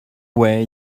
way